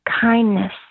kindness